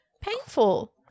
Painful